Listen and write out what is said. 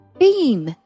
beam